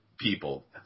people